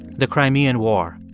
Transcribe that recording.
the crimean war.